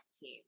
team